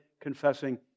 confessing